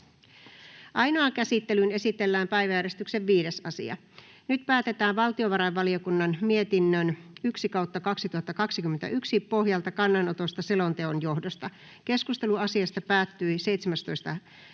Ainoaan käsittelyyn esitellään päiväjärjestyksen 5. asia. Nyt päätetään valtiovarainvaliokunnan mietinnön VaVM 1/2021 vp pohjalta kannanotosta selonteon johdosta. Keskustelu asiasta päättyi